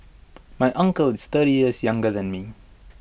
my uncle is thirty years younger than me